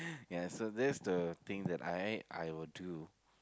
yeah so that's the thing I ain't I will do